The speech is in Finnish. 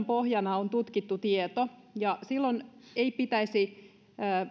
pohjana on tutkittu tieto ja silloin päätösten ei pitäisi